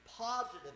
positive